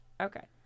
Okay